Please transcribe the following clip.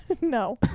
No